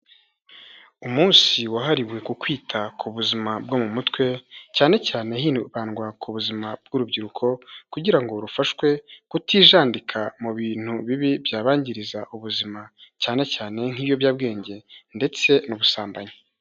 Umunsi wahariwe ku kwita ku buzima bwo mu mutwe cyane cyane hibandwa ku buzima bw'urubyiruko kugira ngo rufashwe kutijandika mu bintu bibi byabangiriza ubuzima, cyane cyane nk'ibiyobyabwenge ndetse n'ubusambanyi.